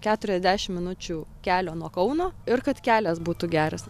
keturiasdešim minučių kelio nuo kauno ir kad kelias būtų geras